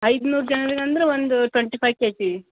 ಐದುನೂರು ಜನರಿಗೆ ಅಂದರೆ ಒಂದು ಟ್ವೆಂಟಿ ಫೈ ಕೆಜಿ